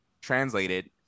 translated